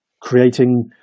creating